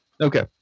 Okay